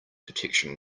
detection